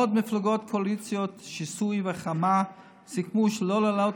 בעוד מפלגות קואליציית השיסוי וההחרמה סיכמו שלא להעלות